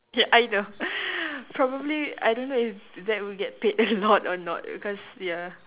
ya I know probably I don't know if that will get paid a lot or not because ya